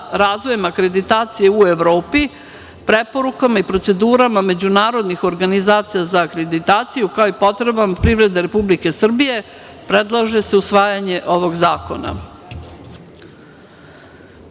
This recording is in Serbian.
razvojem akreditacije u Evropi, preporukama i procedurama međunarodnih organizacija za akreditaciju, kao i potrebama privrede Republike Srbije predlaže se usvajanje ovog zakona. Takođe,